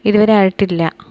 ഇതുവരെയായിട്ടില്ല